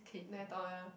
very tall ya